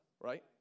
Right